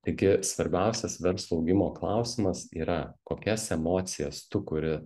taigi svarbiausias verslo augimo klausimas yra kokias emocijas tu kuri